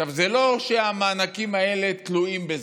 עכשיו, זה לא שהמענקים האלה תלויים בזה,